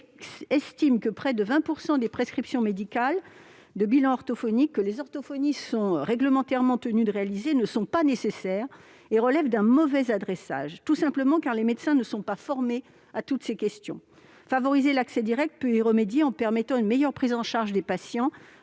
estime que près de 20 % des prescriptions médicales de bilan orthophonique, que les orthophonistes sont réglementairement tenus de réaliser, ne sont pas nécessaires et relèvent d'un mauvais adressage, tout simplement parce que les médecins ne sont pas formés à ces questions. Favoriser l'accès direct peut y remédier en permettant une meilleure prise en charge des patients